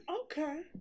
Okay